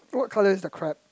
what colour is the crab